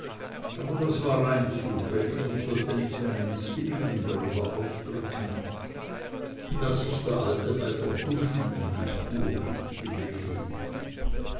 aber das war rein zufällig und sollte nicht eine mißbilligung darüber ausdrücken daß sich der alte bei der buschen in die kur gegeben